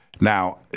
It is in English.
Now